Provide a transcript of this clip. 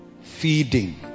Feeding